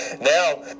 now